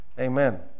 Amen